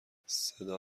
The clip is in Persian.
صدا